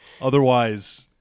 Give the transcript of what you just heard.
Otherwise